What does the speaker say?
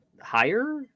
higher